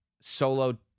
Solo